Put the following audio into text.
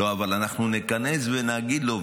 לא, אבל אנחנו ניכנס ונגיד לו.